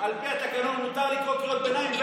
על פי התקנון מותר לקרוא קריאות ביניים,